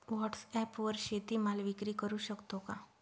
व्हॉटसॲपवर शेती माल विक्री करु शकतो का?